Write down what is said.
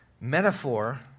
metaphor